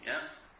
yes